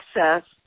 access